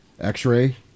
x-ray